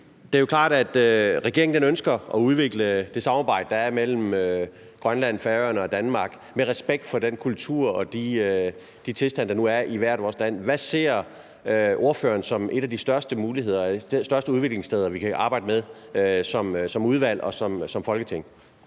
det er jo klart, at regeringen ønsker at udvikle det samarbejde, der er imellem Grønland, Færøerne og Danmark, med respekt for den kultur og de tilstande, der nu er i hvert vores land. Hvad ser ordføreren som et af de største udviklingssteder, vi kan arbejde med som udvalg og som Folketing?